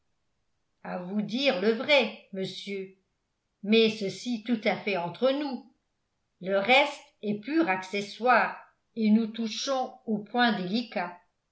à vous dire le vrai monsieur mais ceci tout à fait entre nous le reste est pur accessoire et nous touchons au point délicat